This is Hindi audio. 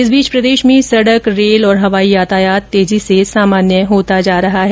इस बीच प्रदेश में सड़क रेल और हवाई यातायात अब तेजी से सामान्य होता जा रहा है